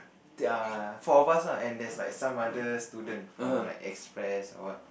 ya four of us lah and there's like some other student from like express or what